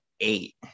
eight